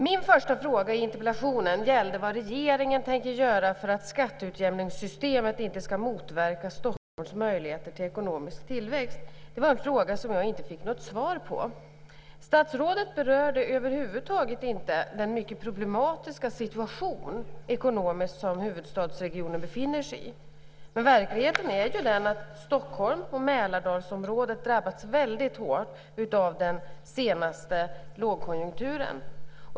Min första fråga i interpellationen gällde vad regeringen tänker göra för att skatteutjämningssystemet inte ska motverka Stockholms möjligheter till ekonomisk tillväxt. Det var en fråga som jag inte fick något svar på. Statsrådet berörde över huvud taget inte den mycket problematiska ekonomiska situation som huvudstadsregionen befinner sig i. Verkligheten är ju den att Stockholm och Mälardalsområdet drabbats väldigt hårt av den senaste lågkonjunkturen.